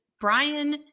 Brian